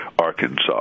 Arkansas